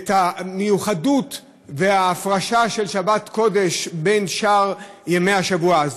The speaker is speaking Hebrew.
את המיוחדות וההפרשה של שבת קודש בין שאר ימי השבוע.